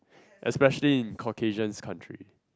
especially in Caucasian's country